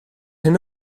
hyn